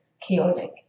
chaotic